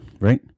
right